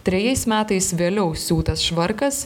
trejais metais vėliau siūtas švarkas